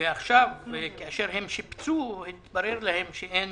עכשיו כאשר הם שיפצו התברר להם שאין